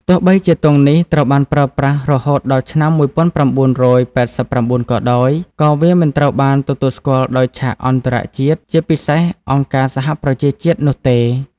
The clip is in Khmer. ទោះបីជាទង់នេះត្រូវបានប្រើប្រាស់រហូតដល់ឆ្នាំ១៩៨៩ ក៏ដោយ ក៏វាមិនត្រូវបានទទួលស្គាល់ដោយឆាកអន្តរជាតិ ជាពិសេសអង្គការសហប្រជាជាតិនោះទេ។